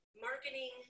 marketing